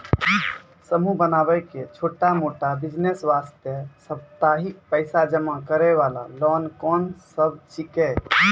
समूह बनाय के छोटा मोटा बिज़नेस वास्ते साप्ताहिक पैसा जमा करे वाला लोन कोंन सब छीके?